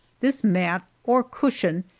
this mat, or cushion,